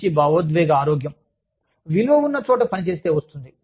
మంచి భావోద్వేగ ఆరోగ్యం విలువ ఉన్న చోట పని చేస్తే వస్తుంది